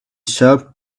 serve